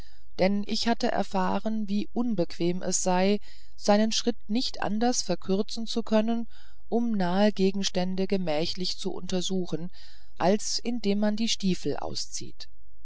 denn ich hatte erfahren wie unbequem es sei seinen schritt nicht anders verkürzen zu können um nahe gegenstände gemächlich zu untersuchen als indem man die stiefel auszieht